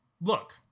look